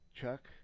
chuck